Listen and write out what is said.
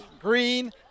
Green